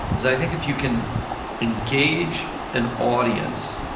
is i think, if you can engage an audience